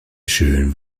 schön